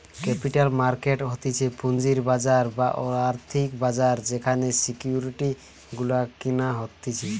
capital market হতিছে পুঁজির বাজার বা আর্থিক বাজার যেখানে সিকিউরিটি গুলা কেনা হতিছে